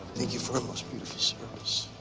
thank you for a most beautiful service.